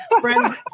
friends